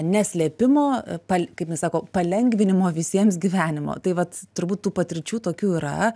neslėpimo pal kaip jinai sako palengvinimo visiems gyvenimo tai vat turbūt tų patirčių tokių yra